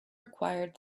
required